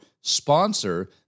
sponsor